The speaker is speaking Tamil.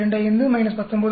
25 19